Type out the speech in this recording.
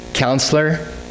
Counselor